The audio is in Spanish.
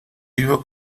iba